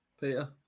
Peter